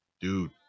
Dude